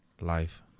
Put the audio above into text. Life